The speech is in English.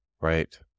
Right